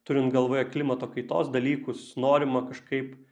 turint galvoje klimato kaitos dalykus norima kažkaip